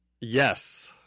Yes